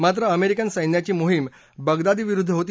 मात्र अमेरिकन सस्त्राची मोहीम बगदादी विरुद्ध होती